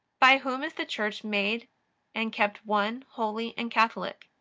by whom is the church made and kept one, holy, and catholic?